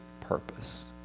purpose